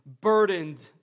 burdened